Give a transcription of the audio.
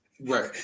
Right